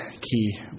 key